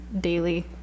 daily